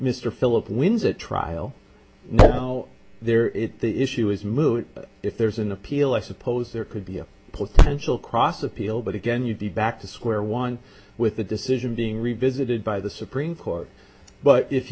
mr philip wins a trial now there is the issue is moot if there's an appeal i suppose there could be a potential cross appeal but again you'd be back to square one with the decision being revisited by the supreme court but if